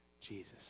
Jesus